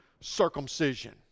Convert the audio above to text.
circumcision